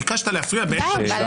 ביקשת להפריע באמצע משפט לשאול שאלה.